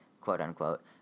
quote-unquote